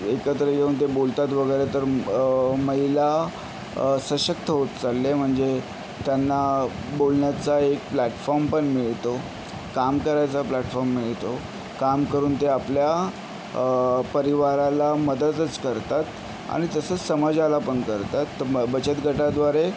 एकत्र येऊन ते बोलतात वगैरे तर महिला सशक्त होत चालले म्हणजे त्यांना बोलण्याचा एक प्लॅटफॉमपण मिळतो काम करायचा प्लॅटफॉम मिळतो काम करून ते आपल्या परिवाराला मदतच करतात आणि तसंच समाजालापण करतात तर मग बचतगटाद्वारे